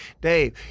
Dave